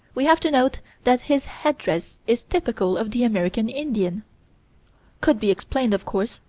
we have to note that his headdress is typical of the american indian could be explained, of course,